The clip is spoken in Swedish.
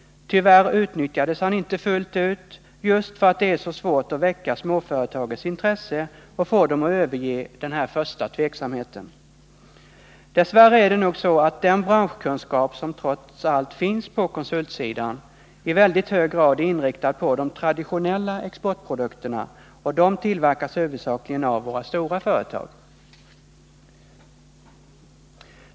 Tyvärr utnyttjades han inte fullt ut, just för att det är så svårt att väcka småföretagens intresse och få dem att överge sin tveksamhet. Dess värre är nog den branschkunskap som trots allt finns på konsultsidan i väldigt hög grad inriktad på de traditionella exportprodukterna, och de tillverkas huvudsakligen av våra stora företag.